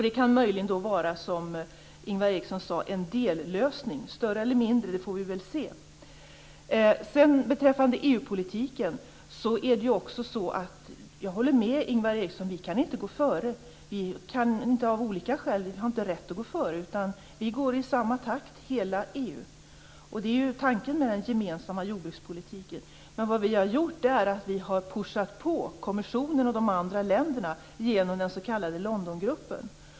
Det kan möjligen då vara som Ingvar Eriksson sade en dellösning, och vi får väl se om den blir större eller mindre. Beträffande EU-politiken håller jag med Ingvar Eriksson om att vi inte kan gå före. Vi har av olika skäl inte rätt att gå före, utan hela EU går i samma takt. Det är ju tanken med den gemensamma jordbrukspolitiken. Men vad vi har gjort är att vi har pushat på kommissionen och de andra länderna genom den s.k. Londongruppen.